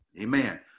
amen